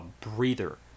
breather